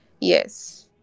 yes